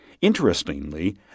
Interestingly